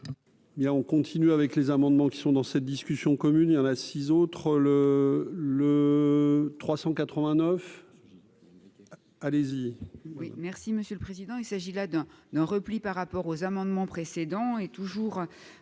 on continue avec les amendements qui sont dans cette discussion commune, il y en a 6 autres. 389 allez-y.